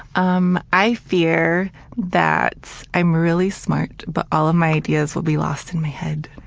um i fear that i'm really smart, but all of my ideas will be lost in my head.